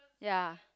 ya